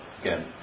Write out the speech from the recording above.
again